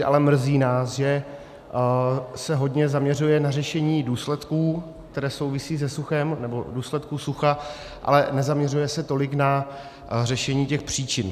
Ale mrzí nás, že se hodně zaměřuje na řešení důsledků, které souvisí se suchem nebo v důsledku sucha, ale nezaměřuje se tolik na řešení těch příčin.